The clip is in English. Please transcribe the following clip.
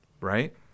Right